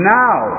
now